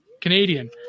Canadian